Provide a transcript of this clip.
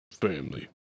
Family